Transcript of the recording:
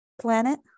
planet